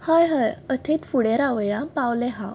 हय हय अथंयत फुडें रावया पावलें हांव